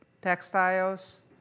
textiles